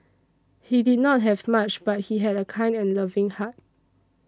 he did not have much but he had a kind and loving heart